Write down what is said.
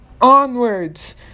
onwards